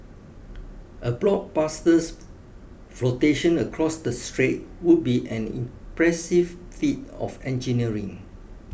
a blockbusters flotation across the strait would be an impressive feat of engineering